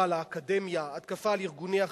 התקפה על האקדמיה,